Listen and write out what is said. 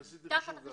עשיתי חישוב גס.